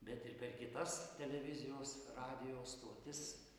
bet ir per kitas televizijos radijo stotis